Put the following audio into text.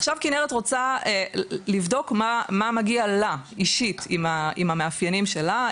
עכשיו כנרת רוצה לבדוק מה מגיע לה אישית עם המאפיינים שלה,